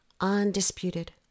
undisputed